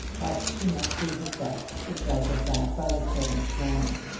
but she must do her best to judge of that by the servant's manner.